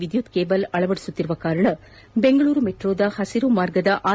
ವಿದ್ಯುತ್ ಕೇಬಲ್ ಅಳವಡಿಸುತ್ತಿರುವುದರಿಂದ ಬೆಂಗಳೂರು ಮೆಟ್ರೋ ಹೆಸಿರು ಮಾರ್ಗದ ಆರ್